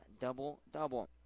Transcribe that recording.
double-double